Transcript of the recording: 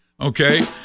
Okay